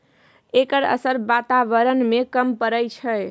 एकर असर बाताबरण में कम परय छै